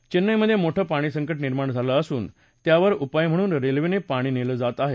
चेन्नईमधे मोठं पाणीसंकट निर्माण झालं असून त्यावर उपाय म्हणून रेल्वेनं पाणी नेलं जात आहे